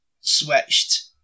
switched